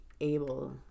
able